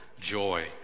joy